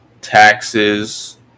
taxes